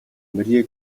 мария